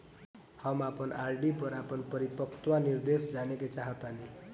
हम अपन आर.डी पर अपन परिपक्वता निर्देश जानेके चाहतानी